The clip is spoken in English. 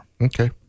Okay